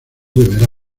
deberá